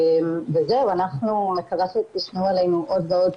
וזהו אנחנו מקווה שתשמעו עלינו עוד ועוד,